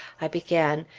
i began,